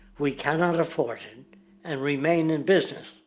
we cannot afford it and remain in business.